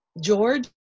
George